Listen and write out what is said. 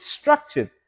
structured